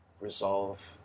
resolve